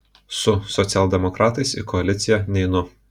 su socialdemokratais į koaliciją neinu